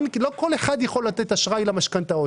לא כל אחד יכול לתת אשראי למשכנתאות.